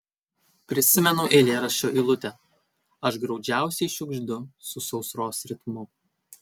prisimenu eilėraščio eilutę aš graudžiausiai šiugždu su sausros ritmu